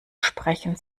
sprechen